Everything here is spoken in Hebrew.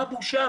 מה בושה?